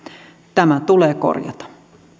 tämä tulee korjata